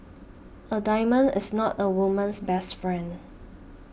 a diamond is not a woman's best friend